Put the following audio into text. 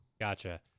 Gotcha